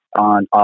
on